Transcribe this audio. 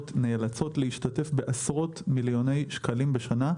נאלצות להשתתף בעשרות מיליוני שקלים בשנה,